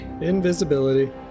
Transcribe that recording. Invisibility